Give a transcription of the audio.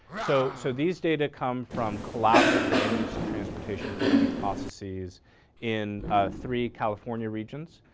so so these data come from collaborative land use and transportation planning processes in three california regions.